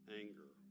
anger